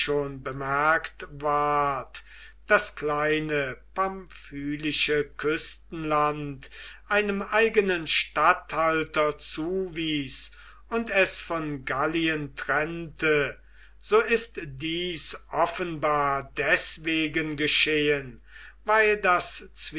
schon bemerkt ward das kleine pamphylische küstenland einem eigenen statthalter zuwies und es von galatien trennte so ist dies offenbar deswegen geschehen weil das